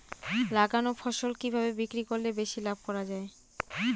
লাগানো ফসল কিভাবে বিক্রি করলে বেশি লাভ করা যায়?